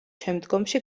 შემდგომში